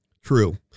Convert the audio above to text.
True